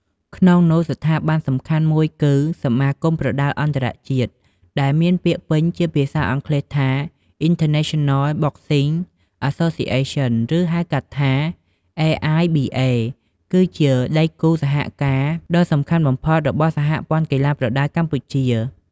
ក្នុងនោះ ស្ថាប័នសំខាន់មួយគឺ សមាគមប្រដាល់អន្តរជាតិ ដែលមានពាក្យពេញជាភាសាអង់គ្លេសថា International Boxing Association ឬ ហៅកាត់ថា AIBA គឺជាដែគូសហការដ៏សំខាន់បំផុតរបស់ សហព័ន្ធកីឡាប្រដាល់កម្ពុជា ។